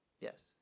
Yes